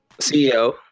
CEO